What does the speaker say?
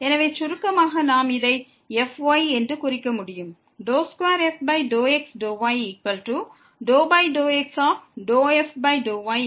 எனவே சுருக்கமாக நாம் இதை fy என்று குறிக்க முடியும்